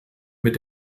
mit